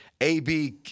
AB